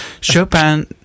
Chopin